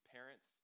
Parents